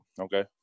okay